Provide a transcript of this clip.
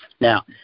Now